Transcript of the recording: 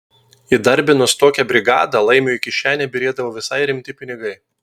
įdarbinus tokią brigadą laimiui į kišenę byrėdavo visai rimti pinigai